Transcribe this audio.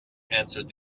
answered